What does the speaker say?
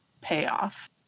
payoff